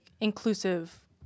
inclusive